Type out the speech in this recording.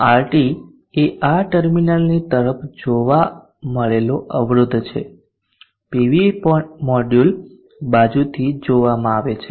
RT એ આ ટર્મિનલની તરફ જોવા મળેલો અવરોધ છે પીવી મોડ્યુલ બાજુથી જોવામાં આવે છે